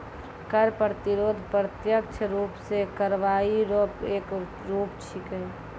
कर प्रतिरोध प्रत्यक्ष रूप सं कार्रवाई रो एक रूप छिकै